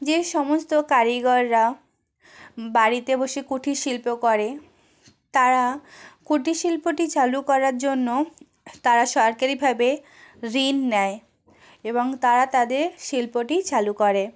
যেসমস্ত কারিগররা বাড়িতে বসে কুটির শিল্প করে তারা কুটির শিল্পটি চালু করার জন্য তারা সরকারিভাবে ঋণ নেয় এবং তারা তাদের শিল্পটি চালু করে